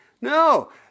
No